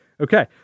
Okay